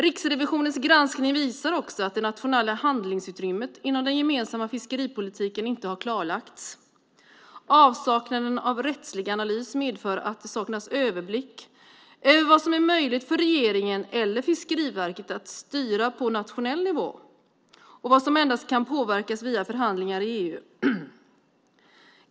Riksrevisionens granskning visar också att det nationella handlingsutrymmet i den gemensamma fiskeripolitiken inte har klarlagts. Avsaknaden av rättslig analys medför att det saknas överblick över vad som är möjligt för regeringen eller Fiskeriverket att styra på nationell nivå och vad som endast kan påverkas via förhandlingar i EU.